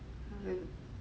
uh